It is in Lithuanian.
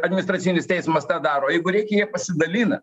admistracinis teismas tą daro jeigu reikia jie pasidalina